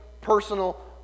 personal